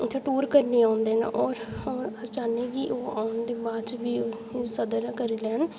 उत्थै टूर करने गी औंदे न होर होर अचानी ते बाद च बी इसी सद्दा करी लैन